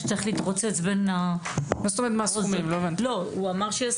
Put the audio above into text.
שצריך להתרוצץ בין --- מה זאת אומרת,